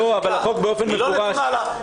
היא לא נתונה לה.